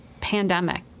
pandemic